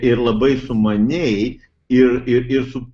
ir labai sumaniai ir ir ir su